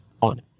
on